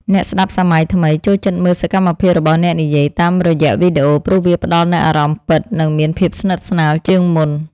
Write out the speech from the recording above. អ្នកស្ដាប់សម័យថ្មីចូលចិត្តមើលសកម្មភាពរបស់អ្នកនិយាយតាមរយៈវីដេអូព្រោះវាផ្តល់នូវអារម្មណ៍ពិត និងមានភាពស្និទ្ធស្នាលជាងមុន។